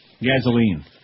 Gasoline